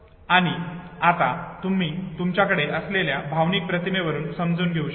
आणि आता तुम्ही हे तुमच्याकडे असलेल्या मानसिक प्रतिमेवरून समजून घेऊ शकतात